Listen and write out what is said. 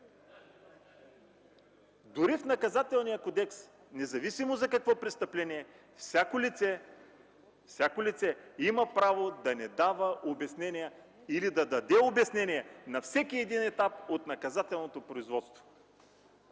Дори в Наказателния кодекс, независимо за какво престъпление, всяко лице има право да не дава обяснение или да даде обяснение на всеки един етап от наказателното производство.